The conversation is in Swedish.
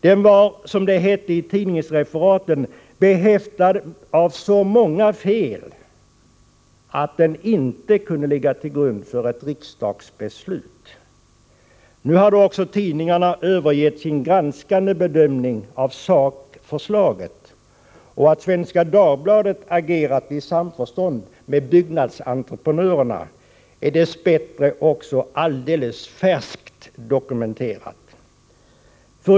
Den var, som det hette i tidningsreferaten, behäftad med så många fel att den inte kunde ligga till grund för ett riksdagsbeslut. Nu hade också tidningarna övergett sin sakgranskning av förslaget. Att Svenska Dagbladet agerade i samförstånd med byggnadsentreprenörerna är dess bättre också helt nyligen konstaterat.